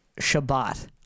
Shabbat